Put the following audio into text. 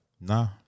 Nah